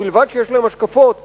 ובלבד שיש להם השקפות ברורות,